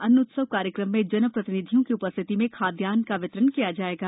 अन्न उत्सव कार्यक्रम में जनप्रतिनिधियों की उ स्थित में खादयान्न का वितरण किया जाएगा